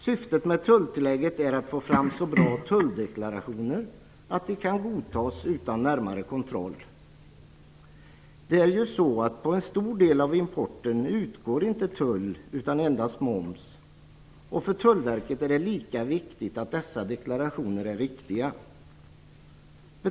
Syftet med tulltillägget är att få fram så bra tulldeklarationer att de kan godtas utan närmare kontroll. På en stor del av importen utgår ju inte någon tull utan endast moms. För Tullverket är det lika viktigt att dessa deklarationer är riktiga.